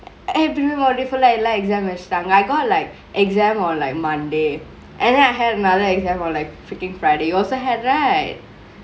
every mod different ல எல்லா:le ellaa exam வச்சிடாங்க:vachitangke I got like exam on like monday and then I had another exam on like freakingk friday you also had right